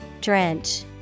Drench